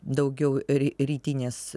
daugiau rytinės